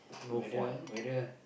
whether whether